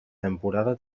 temporada